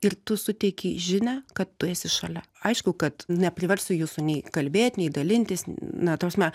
ir tu suteikei žinią kad tu esi šalia aišku kad nepriversiu jūsų nei kalbėt dalintis na ta prasme